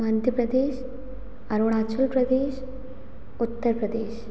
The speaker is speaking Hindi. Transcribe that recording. मध्य प्रदेश अरुणाचल प्रदेश उत्तर प्रदेश